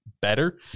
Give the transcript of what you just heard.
better